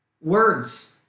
words